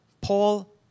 Paul